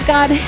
God